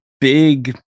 big